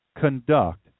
conduct